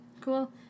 Cool